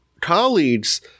colleagues